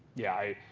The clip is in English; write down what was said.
yeah,